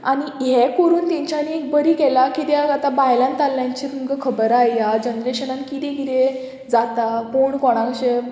आनी हें करून तांच्यांनी एक बरी केलां कित्याक आतां भायल्यान दादल्यांची तुमकां खबर आया ह्या जनरेशनान किदें किदें जाता कोण कोणाक अशें